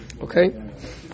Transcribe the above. Okay